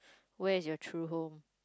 where is your true home